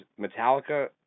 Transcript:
Metallica